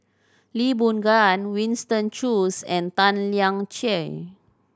Lee Boon Ngan Winston Choos and Tan Lian Chye